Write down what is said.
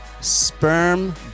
Sperm